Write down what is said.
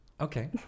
Okay